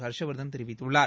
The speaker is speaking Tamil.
ஹர்ஷ்வர்தன் தெரிவித்துள்ளார்